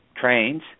trains